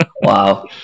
wow